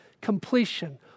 completion